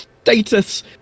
status